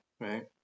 right